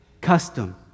custom